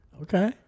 okay